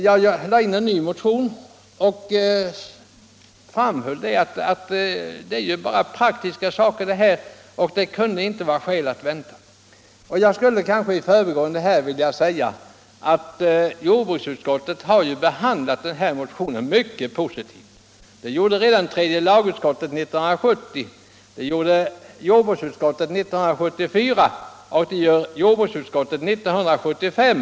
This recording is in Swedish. Jag väckte i år en ny motion och framhöll att här bara är fråga om praktiska saker och att det inte kan finnas skäl att vänta. Jag vill i förbigående säga att jordbruksutskottet behandlat min motion mycket positivt. Det gjorde tredje lagutskottet 1970, det gjorde jordbruksutskottet 1974 och det har jordbruksutskottet gjort 1975.